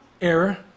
Error